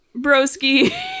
broski